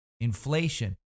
Inflation